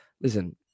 Listen